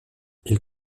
ils